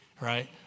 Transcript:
Right